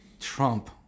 Trump